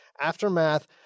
Aftermath